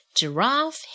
giraffe